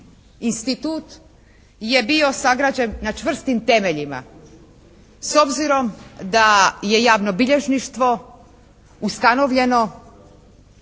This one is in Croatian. institut je bio sagrađen na čvrstim temeljima. S obzirom da je javno bilježništvo ustanovljeno